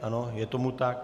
Ano, je tomu tak.